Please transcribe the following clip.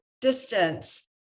distance